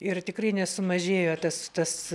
ir tikrai nesumažėjo tas tas